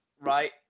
right